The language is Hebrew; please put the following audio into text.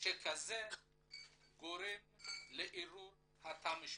שכזה גורם לערעור התא המשפחתי.